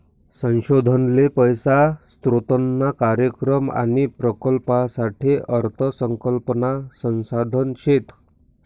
संशोधन ले पैसा स्रोतना कार्यक्रम आणि प्रकल्पसाठे अर्थ संकल्पना संसाधन शेत